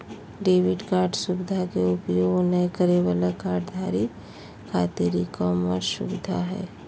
debit card सुवधा के उपयोग नय करे वाला कार्डधारक खातिर ई कॉमर्स सुविधा हइ